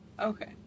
Okay